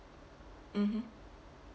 mmhmm